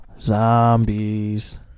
Zombies